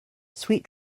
sweet